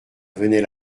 venait